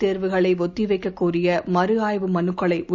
இதேர்வுகளைஒத்திவைக்கக்கோரியமறுஆய்வுமனுக்களைஉ